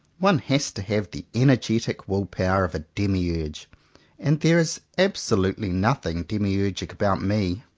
one has to have the energetic will-power of a demiurge and there is absolutely nothing demiurgic about me.